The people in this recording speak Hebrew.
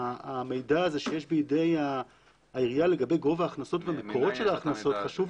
המידע הזה שיש בידי העירייה לגבי גובה ההכנסות ומקורות של ההכנסות חשוב